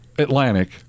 Atlantic